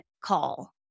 call